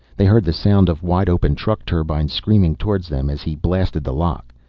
they heard the sound of wide-open truck turbines screaming towards them as he blasted the lock.